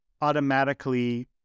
automatically